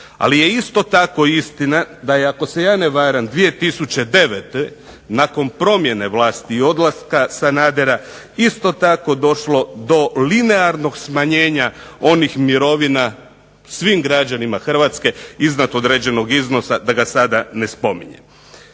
Ali je isto tako istina, da je ako se ja ne varam 2009. nakon promjene vlasi i odlaska Sanadera isto tako došlo do linearnog smanjenja onih mirovina svim građanima Hrvatske iznad određenog iznosa, da ga sada ne spominjem.